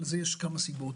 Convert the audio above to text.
לזה יש כמה סיבות.